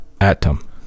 Atom